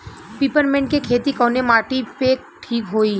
Peppermint के खेती कवने माटी पे ठीक होई?